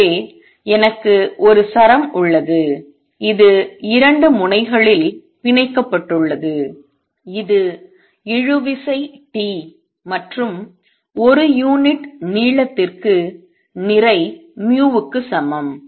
எனவே எனக்கு ஒரு சரம் உள்ளது இது 2 முனைகளில் பிணைக்கப்பட்டுள்ளது இது இழுவிசை T மற்றும் ஒரு யூனிட் நீளத்திற்கு நிறை mu க்கு சமம்